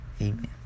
amen